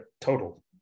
total